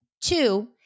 Two